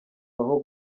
baho